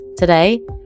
Today